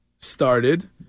started